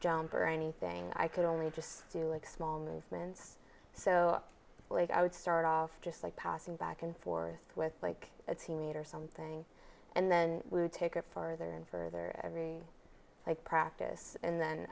jump or anything i could only just do like small movements so i would start off just like passing back and forth with like a team meet or something and then we would take it further and further every practice and then